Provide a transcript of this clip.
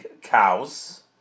cows